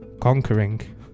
conquering